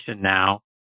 now